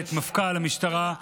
מפכ"ל המשטרה,